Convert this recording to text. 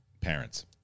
parents